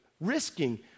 Risking